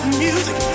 music